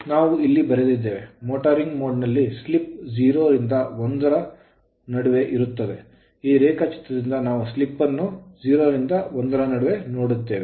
ನಾವು ಇಲ್ಲಿ ಬರೆದಿದ್ದೇವೆ ಮೋಟಾರಿಂಗ್ ಮೋಡ್ ನಲ್ಲಿ ಸ್ಲಿಪ್ 0 ರಿಂದ 1 ರ ನಡುವೆ ಇರುತ್ತದೆ ಈ ರೇಖಾಚಿತ್ರದಿಂದ ನಾವು ಸ್ಲಿಪ್ ಅನ್ನು 0 ರಿಂದ 1 ರ ನಡುವೆ ನೋಡುತ್ತೇವೆ